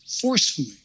forcefully